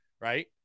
right